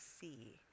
see